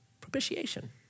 propitiation